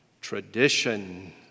tradition